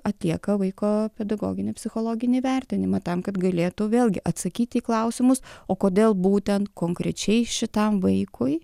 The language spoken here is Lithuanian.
atlieka vaiko pedagoginį psichologinį vertinimą tam kad galėtų vėlgi atsakyti į klausimus o kodėl būtent konkrečiai šitam vaikui